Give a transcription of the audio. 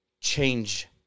change